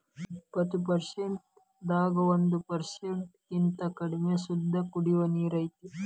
ಎಪ್ಪತ್ತು ಪರಸೆಂಟ್ ದಾಗ ಒಂದ ಪರಸೆಂಟ್ ಕಿಂತ ಕಡಮಿ ಶುದ್ದ ಕುಡಿಯು ನೇರ ಐತಿ